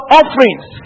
offerings